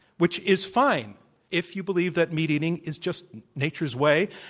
which is fine if you believe that meat-eating is just nature's way,